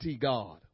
God